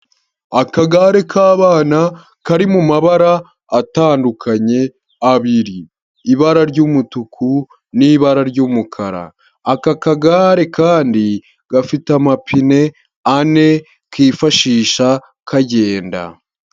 Akagare k'abana kari mu mabara atandukanye abiri, ibara ry'umutuku ,nibara ry'umukara, aka kagare kandi gafite amapine ane kifashisha kagenda.